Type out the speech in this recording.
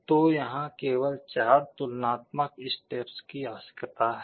तो यहां केवल 4 तुलनात्मक स्टेप्स की आवश्यकता है